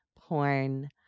porn